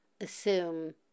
assume